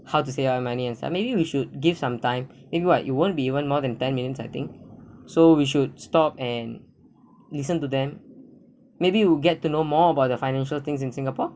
how to say ah money and some maybe we should give sometime if what you won't be even more than ten minutes I think so we should stop and listen to them maybe you will get to know more about the financial things in singapore